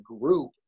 group